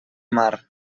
mar